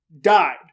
died